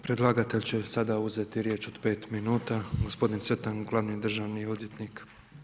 Predlagatelj će sada uzeti riječ od pet minuta, gospodin Cvitan glavni državni odvjetnik.